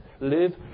live